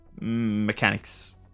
mechanics